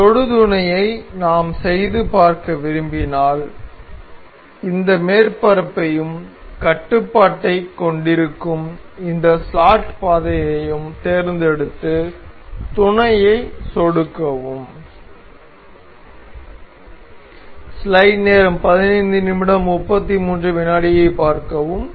இந்த தொடு துணையை நாம் செய்து பார்க்க விரும்பினால் இந்த மேற்பரப்பையும் கட்டுப்பாட்டைக் கொண்டிருக்கும் இந்த ஸ்லாட் பாதையையும் தேர்ந்தெடுத்து துணையை சொடுக்கவும்